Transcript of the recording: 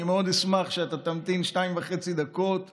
אני מאוד אשמח שאתה תמתין שתי דקות וחצי,